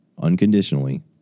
unconditionally